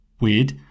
Weird